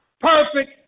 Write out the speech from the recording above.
perfect